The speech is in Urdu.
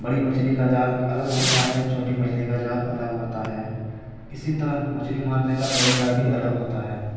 بڑی مچھلی کا جال الگ ہوتا ہے چھوٹی مچھلی کا جال الگ ہوتا ہے اسی طرح مچھلی مارنے کا طریقہ بھی الگ ہوتا ہے